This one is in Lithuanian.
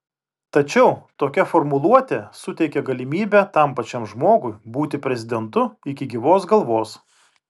tačiau tokia formuluotė suteikia galimybę tam pačiam žmogui būti prezidentu iki gyvos galvos